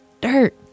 dirt